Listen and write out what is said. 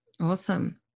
Awesome